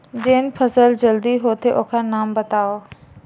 जेन फसल जल्दी होथे ओखर नाम बतावव?